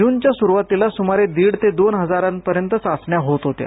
जूनच्या सुरूवातीला सुमारे दीड ते दोन हजारांपर्यंत चाचण्या होत होत्या